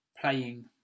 playing